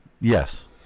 Yes